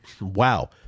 Wow